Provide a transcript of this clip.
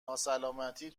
ناسلامتی